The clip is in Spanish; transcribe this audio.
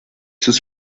sus